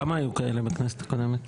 כמה היו כאלה בכנסת הקודמת?